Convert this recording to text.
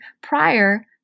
prior